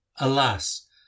Alas